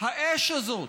האש הזאת,